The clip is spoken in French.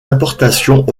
importations